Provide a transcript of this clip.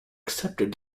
accepted